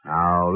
Now